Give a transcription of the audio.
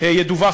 ייעשה,